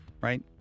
right